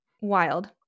wild